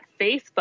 Facebook